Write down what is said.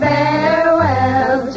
Farewell